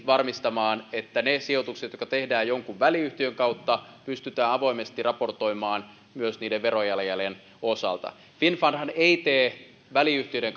varmistamaan että ne sijoitukset jotka tehdään jonkun väliyhtiön kautta pystytään avoimesti raportoimaan myös niiden verojalanjäljen osalta finnfundhan ei tee väliyhtiöiden